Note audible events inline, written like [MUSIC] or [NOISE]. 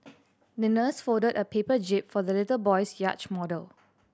[NOISE] the nurse folded a paper jib for the little boy's yacht model